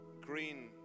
green